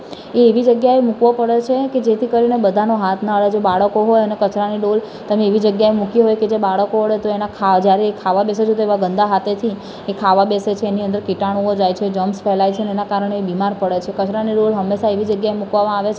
એ એવી જગ્યાએ મૂકવો પડે છે કે જેથી કરીને બધાનો હાથ ના અડે જો બાળકો હોય અને કચરાની ડોલ તમે એવી જગ્યાએ મૂકી હોય કે જે બાળકો અડે તો એના ખા જયારે એ ખાવા બેસે છે તેવાં ગંદા હાથેથી એ ખાવા બેસે છે એની અંદર કિટાણુઓ જાય છે જર્મ્સ ફેલાય છે અને એનાં કારણે એ બીમાર પડે છે કચરાની ડોલ હંમેશા એવી જગ્યાએ મૂકવામાં આવે છે